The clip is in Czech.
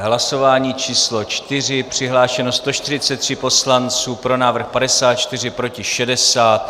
Hlasování číslo 4, přihlášeno 143 poslanců, pro návrh 54, proti 60.